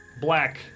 Black